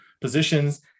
positions